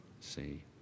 See